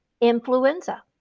influenza